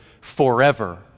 forever